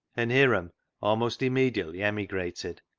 and hiram almost im mediately emigrated,